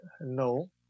no